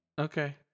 Okay